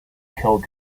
killed